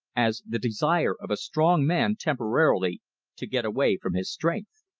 as the desire of a strong man temporarily to get away from his strength.